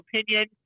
opinion